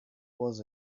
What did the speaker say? was